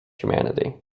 humanity